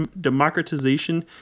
democratization